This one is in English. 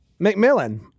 McMillan